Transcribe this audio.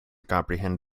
comprehend